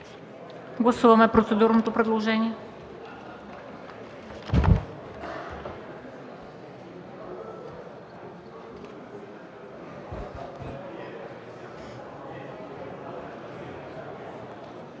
Гласуваме процедурното предложение